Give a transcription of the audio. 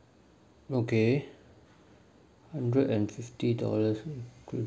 okay hundred and fifty dollars